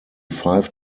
five